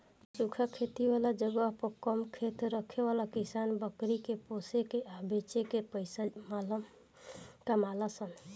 सूखा खेती वाला जगह पर कम खेत रखे वाला किसान बकरी के पोसे के आ बेच के पइसा कमालन सन